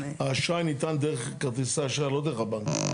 האשראי ניתן דרך כרטיסי האשראי, לא דרך הבנק.